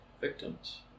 victims